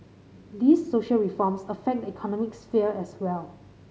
these social reforms affect economic sphere as well